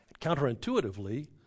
counterintuitively